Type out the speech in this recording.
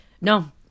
no